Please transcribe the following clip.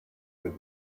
with